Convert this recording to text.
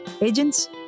agents